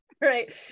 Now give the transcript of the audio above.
Right